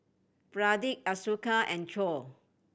Pradip Ashoka and Choor